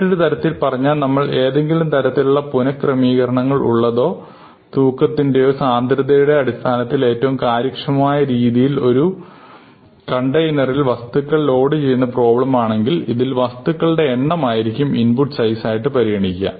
മറ്റൊരു തരത്തിൽ പറഞ്ഞാൽ നമ്മൾ ഏതെങ്കിലും തരത്തിലുള്ള പുനക്രമീകരണങ്ങൾ ഉള്ളതോ തൂക്കത്തിന്റെയോ സാന്ദ്രതയുടെയോ അടിസ്ഥാനത്തിൽ ഏറ്റവും കാര്യക്ഷമമായ ആയ രീതിയിൽ ഒരു കണ്ടെയ്നറിൽ വസ്തുക്കൾ ലോഡ് ചെയ്യുന്ന പ്രോബ്ലം ആണെങ്കിൽ ഇതിൽ വസ്തുക്കളുടെ എണ്ണം ആയിരിക്കും ഇൻപുട്ട് സൈസ് ആയിട്ട് പരിഗണിക്കുന്നത്